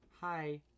Hi